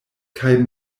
kaj